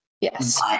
Yes